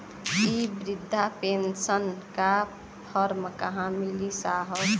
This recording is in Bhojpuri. इ बृधा पेनसन का फर्म कहाँ मिली साहब?